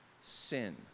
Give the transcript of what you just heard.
Sin